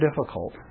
difficult